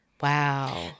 Wow